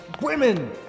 Women